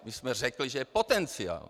My jsme řekli, že je potenciál.